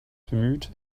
bemüht